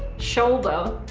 shoulder,